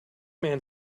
man